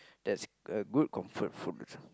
that's a good comfort food